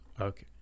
Okay